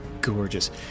Gorgeous